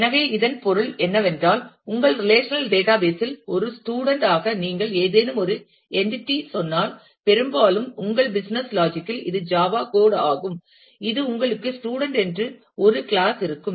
எனவே இதன் பொருள் என்னவென்றால் உங்கள் ரிலேஷனல் டேட்டாபேஸ் இல் ஒரு ஸ்டூடண்ட் ஆக நீங்கள் ஏதேனும் ஒரு என்றிட்றி சொன்னால் பெரும்பாலும் உங்கள் பிசினஸ் லாஜிக் இல் இது ஜாவா கோட் ஆகும் இது உங்களுக்கு ஸ்டூடண்ட் என்று ஒரு கிளாஸ் இருக்கும்